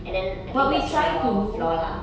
and then I think that's one of our flaw lah